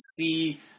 see